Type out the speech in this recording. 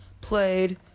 played